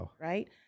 right